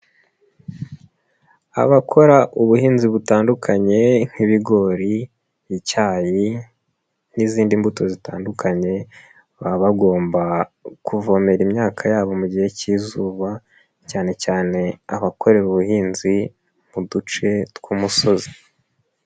Abakora ubuhinzi butandukanye nk'ibigori, icyayi n'izindi mbuto zitandukanye, baba bagomba kuvomera imyaka yabo mu gihe cy'izuba cyane cyane abakorera ubuhinzi mu duce tw'umusozi.